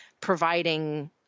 providing